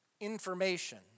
information